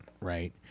right